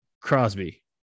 Crosby